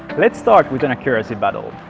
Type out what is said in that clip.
let's start with an accuracy battle.